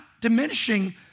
diminishing